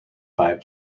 five